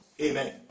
Amen